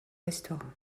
restaurant